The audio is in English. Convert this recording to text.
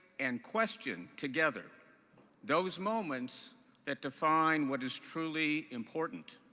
and question together those moments that define what is truly important.